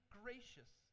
gracious